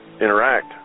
interact